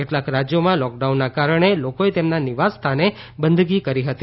કેટલાક રાજયોમાં લોકડાઉનના કારણે લોકોએ તેમના નિવાસ સ્થાને બંદગી કરી હતી